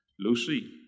Lucy